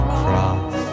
cross